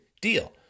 deal